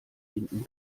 hinten